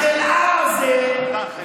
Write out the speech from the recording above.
החלאה הזה, אתה חלאה.